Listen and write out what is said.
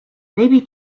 maybe